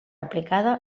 aplicada